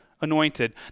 anointed